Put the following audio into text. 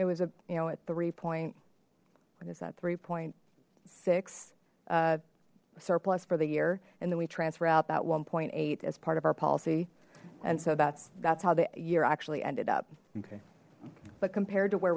it was a you know at three point when it's that three point six surplus for the year and then we transfer out that one point eight as part of our policy and so that's that's how the year actually ended up okay but compared to where